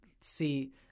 see